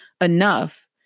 enough